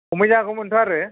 हमहैजागौमोन हागौमोनथ' आरो